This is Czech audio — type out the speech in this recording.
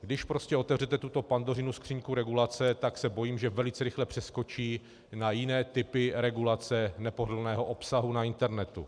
Když prostě otevřete tuto Pandořinu skřínku regulace, bojím se, že velice rychle přeskočí na jiné typy regulace nepohodlného obsahu na internetu.